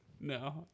No